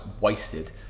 wasted